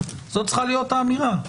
זו צריכה להיות האמירה.